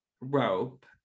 rope